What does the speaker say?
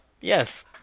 yes